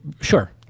Sure